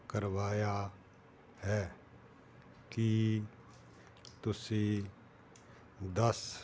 ਕਰਵਾਇਆ ਹੈ ਕਿ ਤੁਸੀਂ ਦੱਸ